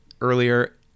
earlier